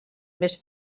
més